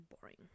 Boring